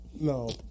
No